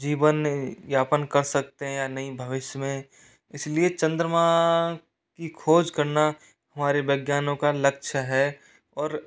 जीवन व्यापन कर सकते हैं या नहीं भविष्य में इसलिए चंद्रमा की खोज करना हमारे विज्ञानों का लक्ष्य है और